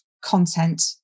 content